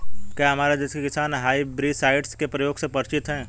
क्या हमारे देश के किसान हर्बिसाइड्स के प्रयोग से परिचित हैं?